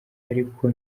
ariko